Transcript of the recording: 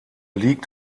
liegt